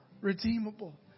redeemable